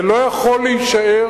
זה לא יכול להישאר,